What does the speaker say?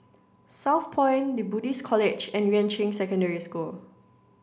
Southpoint The Buddhist College and Yuan Ching Secondary School